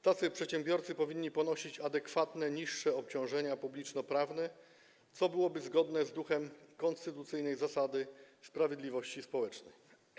Tacy przedsiębiorcy powinni ponosić adekwatne, niższe obciążenia publiczno-prawne, co byłoby zgodne z duchem konstytucyjnej zasady sprawiedliwości społecznej.